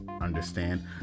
understand